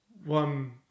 one